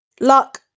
Luck